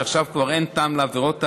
שעכשיו כבר אין טעם לעבירות ההריגה.